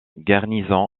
garnison